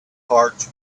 hearts